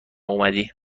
اومدی